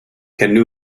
canoe